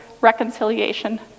reconciliation